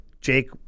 Jake